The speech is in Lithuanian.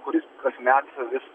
kuris kasmet vis